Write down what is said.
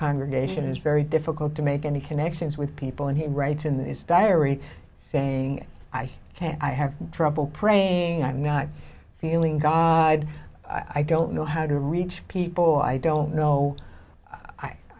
congregation is very difficult to make any connections with people and he writes in his diary saying i can't i have trouble praying i'm not feeling god i don't know how to reach people i don't know i